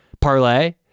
parlay